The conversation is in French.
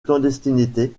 clandestinité